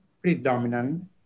predominant